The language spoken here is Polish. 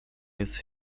jest